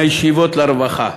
או מהישיבות לרווחה.